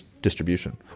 distribution